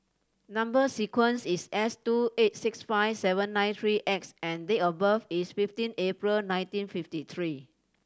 number sequence is S two eight six five seven nine three X and date of birth is fifteen April nineteen fifty three